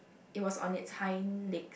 it was on it's hind legs